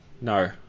No